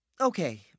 Okay